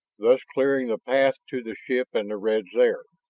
thus clearing the path to the ship and the reds there.